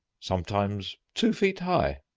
sometimes two feet high,